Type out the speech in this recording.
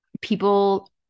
People